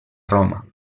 roma